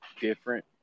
different